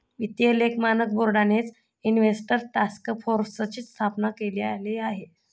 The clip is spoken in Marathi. वित्तीय लेख मानक बोर्डानेच इन्व्हेस्टर टास्क फोर्सची स्थापना केलेली आहे